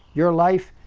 your life,